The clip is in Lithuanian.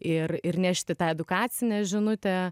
ir ir nešti tą edukacinę žinutę